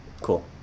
Cool